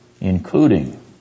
including